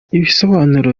ibisobanuro